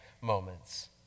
moments